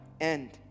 end